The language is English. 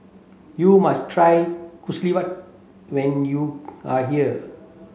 you must try when you are here